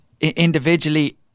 individually